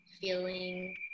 feeling